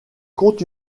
compte